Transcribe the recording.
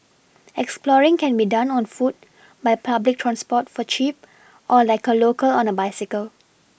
exploring can be done on foot by public transport for cheap or like a local on a bicycle